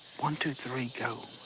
one, two, three, go.